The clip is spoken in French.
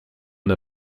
n’a